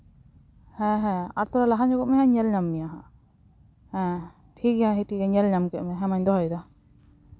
ᱦᱮᱸ ᱦᱮᱸ ᱟᱨ ᱛᱷᱚᱲᱟ ᱞᱟᱦᱟ ᱧᱚᱜᱚᱜ ᱢᱮ ᱦᱟᱜ ᱧᱮᱞ ᱧᱟᱢ ᱢᱮᱭᱟ ᱦᱟᱜ ᱦᱮᱸ ᱴᱷᱤᱠ ᱜᱮᱭᱟ ᱧᱮᱞ ᱧᱟᱢ ᱠᱮᱫ ᱢᱮᱭᱟ ᱦᱮᱸ ᱢᱟᱧ ᱫᱚᱦᱚᱭᱫᱟ